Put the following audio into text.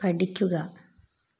പഠിക്കുക